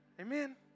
Amen